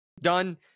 Done